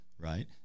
right